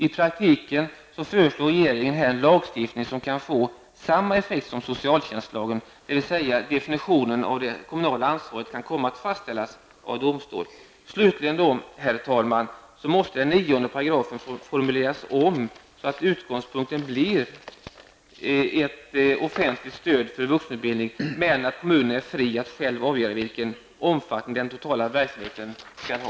I praktiken föreslår regeringen här en lagstiftning som kan få samma effekt som socialtjänstlagen, dvs. definitionen av det kommunala ansvaret kan komma att fastställas av domstol. Slutligen, herr talman, måste 9 § formuleras om, så att utgångspunkten blir ett offentligt stöd för vuxenutbildning, men att kommunen är fri att själv avgöra vilken omfattning den totala verksamheten skall ha.